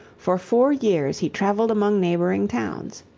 for four years he traveled among neighboring towns.